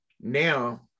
Now